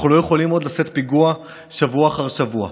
אנחנו לא יכולים עוד לשאת פיגוע שבוע אחר שבוע,